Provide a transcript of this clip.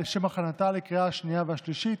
לשם הכנתה לקריאה השנייה והשלישית.